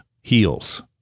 heals